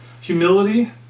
humility